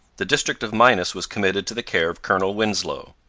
the district of minas was committed to the care of colonel winslow.